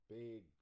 big